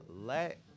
let